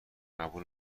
قبول